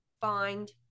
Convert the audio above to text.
Find